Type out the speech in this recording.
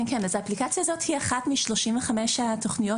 האפליקציה הזאת היא אחת משלושים וחמש התכניות